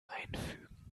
einfügen